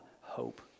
hope